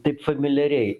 taip familiariai